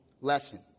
lesson